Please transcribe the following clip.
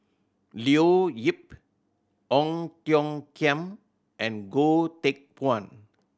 Leo Yip Ong Tiong Khiam and Goh Teck Phuan